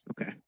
Okay